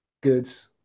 goods